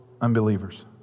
unbelievers